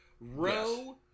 row